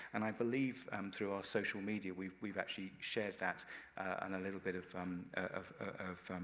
and i believe um through our social media, we've we've actually shared that and a little bit of um of